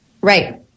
Right